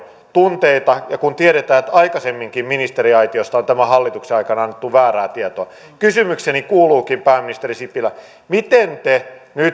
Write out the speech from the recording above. tunteita kun tiedetään että aikaisemminkin ministeriaitiosta on tämän hallituksen aikana annettu väärää tietoa kysymykseni kuuluukin pääministeri sipilä miten te nyt